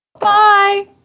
Bye